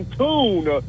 tune